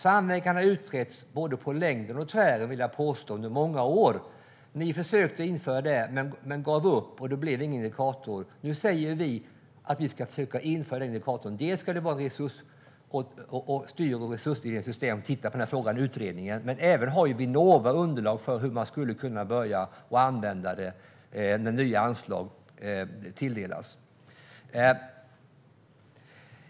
Samverkan har utretts på både längden och tvären, vill jag påstå, under många år. Ni försökte införa det men gav upp, och då blev det ingen indikator. Nu säger vi att vi ska försöka införa indikatorn. Det ska vara en resurspott och styr och resursfördelningssystem. Man ska titta på den frågan i utredningen. Även Vinnova har underlag för hur man skulle kunna börja använda detta när nya anslag tilldelas.